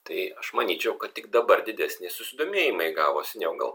tai aš manyčiau kad tik dabar didesnį susidomėjimą įgavo seniau gal